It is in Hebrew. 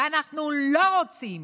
ואנחנו לא רוצים